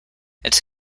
it’s